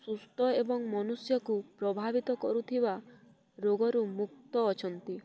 ସୁସ୍ଥ ଏବଂ ମନୁଷ୍ୟକୁ ପ୍ରଭାବିତ କରୁଥିବା ରୋଗରୁ ମୁକ୍ତ ଅଛନ୍ତି